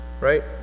right